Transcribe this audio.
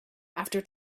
after